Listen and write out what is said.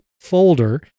folder